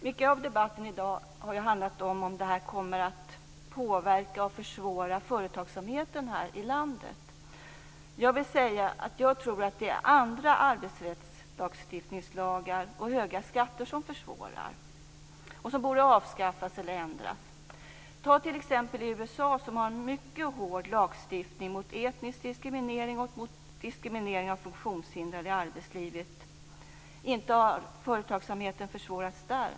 Mycket av debatten i dag har handlat om huruvida det här kommer att påverka och försvåra företagsamheten här i landet. Jag vill säga att jag tror att det är andra arbetsrättslagar och höga skatter som försvårar och som borde avskaffas eller ändras. Ta t.ex. USA, som har en mycket hård lagstiftning mot etnisk diskriminering och diskriminering av funktionshindrade i arbetslivet. Inte har företagsamheten försvårats där.